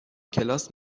کلاس